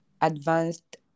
advanced